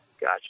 Gotcha